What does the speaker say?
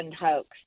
hoax